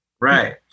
Right